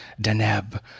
Deneb